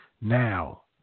Now